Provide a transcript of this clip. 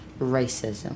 racism